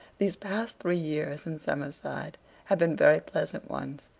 these past three years in summerside have been very pleasant ones.